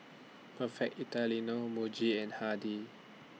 Perfect Italiano Muji and Hardy's